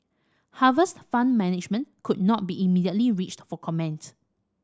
Harvest Fund Management could not be immediately reached for comment